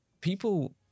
people